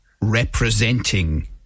representing